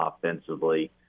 offensively